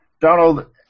Donald